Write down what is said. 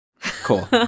Cool